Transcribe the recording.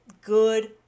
good